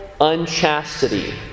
unchastity